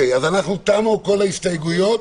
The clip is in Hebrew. תמו כל ההסתייגויות.